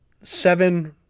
seven